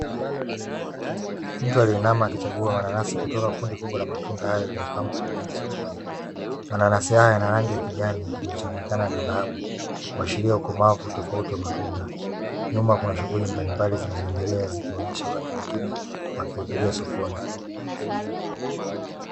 Mtu aliyeinama akichagua mananasi kutoka kundi kubwa la matunda hayo, yaliyopangwa kwa wingi sokoni. Mananasi haya yana rangi ya kijani iliyochanganyikana na dhahabu, kuashiria ukomavu tofauti wa matunda. Nyuma kuna shughuli mbalimbali zinazoendelea, zikionyesha watu wengine wakihudhuria sokoni.